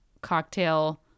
cocktail